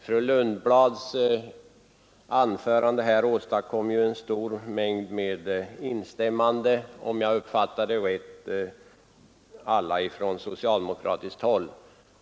Fru Lundblads anförande åstadkom en mängd instämmanden, alla från socialdemokratiskt håll.